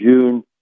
June